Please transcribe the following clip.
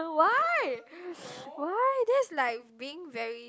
why why that's like being very